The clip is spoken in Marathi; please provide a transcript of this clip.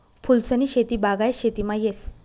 फूलसनी शेती बागायत शेतीमा येस